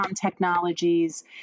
technologies